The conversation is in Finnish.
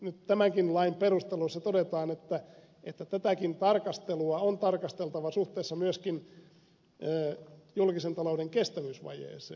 nyt tämänkin lain perusteluissa todetaan että tätäkin tarkastelua on tarkasteltava suhteessa myöskin julkisen talouden kestävyysvajeeseen